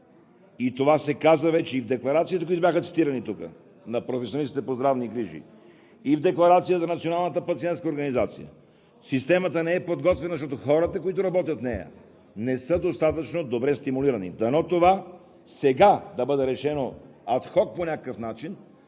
– това се каза вече и в декларациите, които бяха цитирани тук на професионалистите по здравни грижи и в декларацията на Националната пациентска организация, че системата не е подготвена, защото хората, работещи в нея, не са достатъчно добре стимулирани. Дано това сега да бъде решено адхок по някакъв начин,